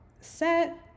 set